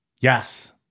Yes